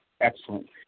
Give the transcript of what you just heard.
excellent